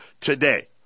today